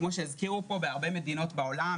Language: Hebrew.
הזכירו פה שבהרבה מדינות בעולם